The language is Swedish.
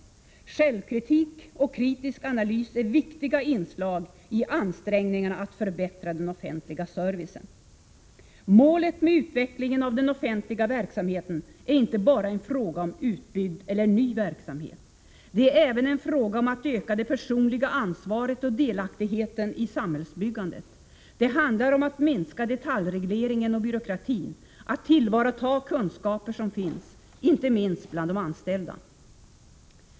Självkritik och kritisk analys är viktiga inslag i ansträngningarna att förbättra den offentliga servicen. Målet med utvecklingen av den offentliga verksamheten är inte bara en fråga om utbyggd eller ny verksamhet. Det är även en fråga om att öka det personliga ansvaret och delaktigheten i samhällsbyggandet. Det handlar om att minska detaljregleringen och byråkratin, att tillvarata kunskaper som finns, inte minst bland de anställda.